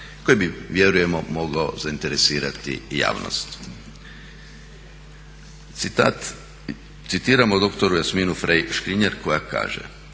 koji bi vjerujemo mogao zainteresirati javnost. Citiramo doktora Jasminu Frey Škrinjar koja kaže: